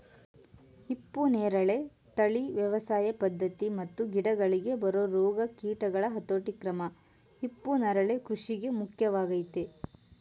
ಹಿಪ್ಪುನೇರಳೆ ತಳಿ ವ್ಯವಸಾಯ ಪದ್ಧತಿ ಮತ್ತು ಗಿಡಗಳಿಗೆ ಬರೊ ರೋಗ ಕೀಟಗಳ ಹತೋಟಿಕ್ರಮ ಹಿಪ್ಪುನರಳೆ ಕೃಷಿಗೆ ಮುಖ್ಯವಾಗಯ್ತೆ